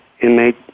inmate